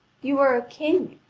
you are a king,